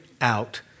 out